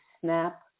snap